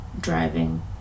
driving